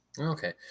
Okay